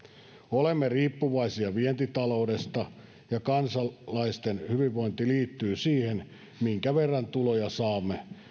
olemme riippuvaisia vientitaloudesta ja kansalaisten hyvinvointi liittyy siihen minkä verran tuloja saamme